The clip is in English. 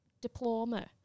diploma